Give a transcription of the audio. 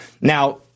Now